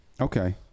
okay